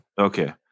Okay